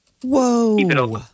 Whoa